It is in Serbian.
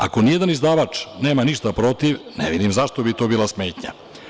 Ako ni jedan izdavač nema ništa protiv, ne vidim zašto bi to bila smetnja?